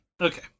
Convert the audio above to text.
Okay